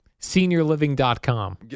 Seniorliving.com